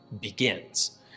begins